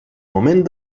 moment